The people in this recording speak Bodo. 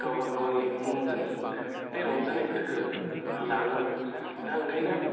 गावबा गावनि मुंजों बे रंजानायफोरखौ लाङो दा ओंखायनो